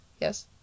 Yes